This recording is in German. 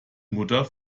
mutter